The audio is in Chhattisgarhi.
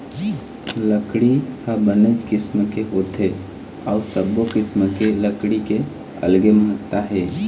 लकड़ी ह बनेच किसम के होथे अउ सब्बो किसम के लकड़ी के अलगे महत्ता हे